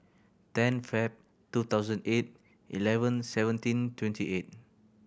ten Feb two thousand eight eleven seventeen twenty eight